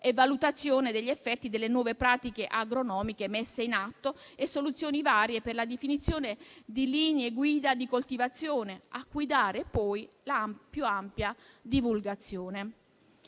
e valutazione degli effetti delle nuove pratiche agronomiche messe in atto e soluzioni varie per la definizione di linee guida di coltivazione, a cui dare poi la più ampia divulgazione.